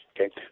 okay